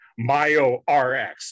MyoRx